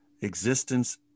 existence